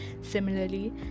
Similarly